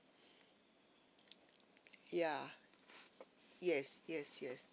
ya yes yes yes